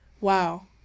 Wow